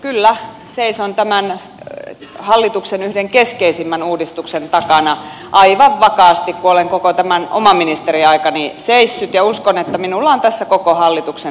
kyllä seison tämän hallituksen yhden keskeisimmän uudistuksen takana aivan vakaasti kuten olen koko tämän oman ministeriaikani seissyt ja uskon että minulla on tässä koko hallituksen tuki